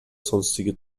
sonstige